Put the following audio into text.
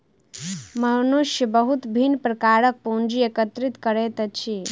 मनुष्य बहुत विभिन्न प्रकारक पूंजी एकत्रित करैत अछि